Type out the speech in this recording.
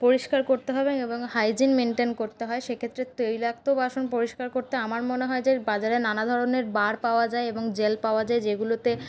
পরিষ্কার করতে হবে এবং হাইজিন মেনটেন করতে হয় সেক্ষেত্রে তৈলাক্ত বাসন পরিষ্কার করতে আমার মনে হয় যে বাজারে নানাধরণের বার পাওয়া যায় এবং জেল পাওয়া যায় যেগুলোতে